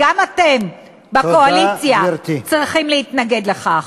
וגם אתם בקואליציה צריכים להתנגד לכך.